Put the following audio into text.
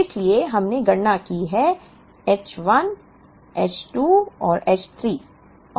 इसलिए हमने गणना की है H 1 H 2 और H 3